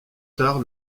tard